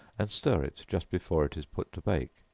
and stir it just before it is put to bake.